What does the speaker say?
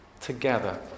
Together